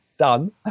Done